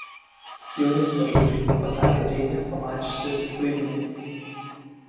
jaunystę žudai pasakė džeinė pamačiusi luinį